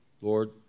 Lord